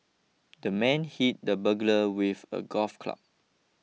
the man hit the burglar with a golf club